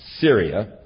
Syria